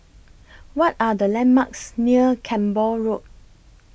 What Are The landmarks near Camborne Road